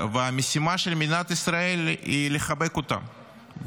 והמשימה של מדינת ישראל היא לחבק אותם,